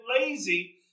lazy